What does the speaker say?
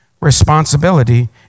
responsibility